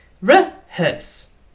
Rehearse